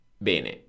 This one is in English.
bene